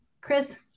Chris